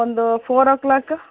ಒಂದು ಫೋರ್ ಓ ಕ್ಲಾಕ